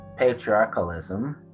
patriarchalism